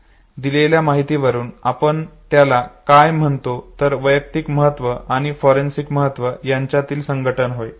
दिलेल्या माहितीवरून आपण त्याला काय म्हणतो तर वैयक्तिक महत्त्व आणि फॉरेन्सिक महत्त्व यांच्यातील संघटन होय